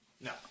No